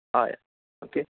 हय ओके